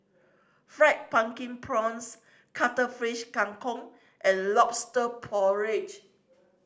Fried Pumpkin Prawns Cuttlefish Kang Kong and Lobster Porridge